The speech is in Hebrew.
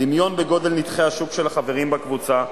דמיון בגודל נתחי השוק של החברים בקבוצה,